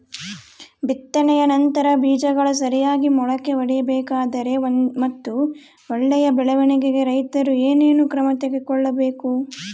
ಬಿತ್ತನೆಯ ನಂತರ ಬೇಜಗಳು ಸರಿಯಾಗಿ ಮೊಳಕೆ ಒಡಿಬೇಕಾದರೆ ಮತ್ತು ಒಳ್ಳೆಯ ಬೆಳವಣಿಗೆಗೆ ರೈತರು ಏನೇನು ಕ್ರಮ ತಗೋಬೇಕು?